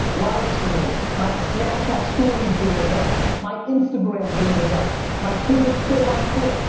live streaming, my snapchat stories game is up, my instagram game is up, my twitter's still on point,